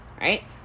Right